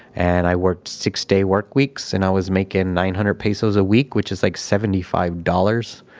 and i worked six-day work weeks and i was making nine hundred pesos a week, which is like seventy five dollars.